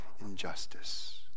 injustice